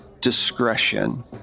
discretion